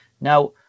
now